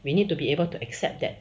we need to be able to accept that